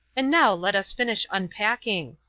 and now let us finish unpacking.